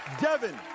Devin